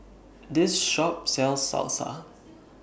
This Shop sells Salsa